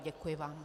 Děkuji vám.